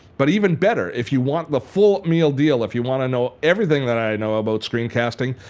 but even better, if you want the full meal deal, if you want to know everything that i know about screencasting,